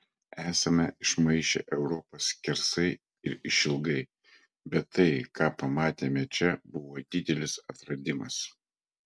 esame išmaišę europą skersai ir išilgai bet tai ką pamatėme čia buvo didelis atradimas